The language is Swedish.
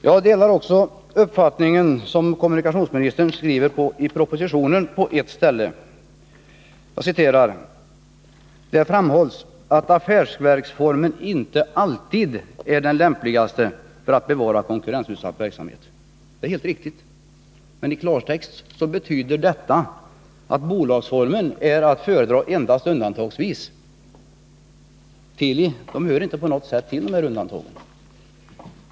Jag delar också kommunikationsministerns uppfattning när han i propositionen skriver att ”affärsverksformen inte alltid är den lämpligaste för att bedriva konkurrensutsatt verksamhet”. Det är helt riktigt. Men i klartext betyder det att bolagsformen är att föredra endast undantagsvis. Teli hör inte till de undantagen.